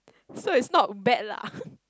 so it's not bad lah